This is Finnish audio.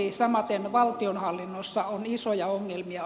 samaten valtionhallinnossa on isoja ongelmia